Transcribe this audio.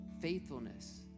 faithfulness